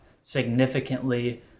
significantly